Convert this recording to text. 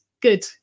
good